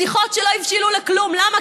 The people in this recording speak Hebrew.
שיחות שלא הבשילו לכלום, למה?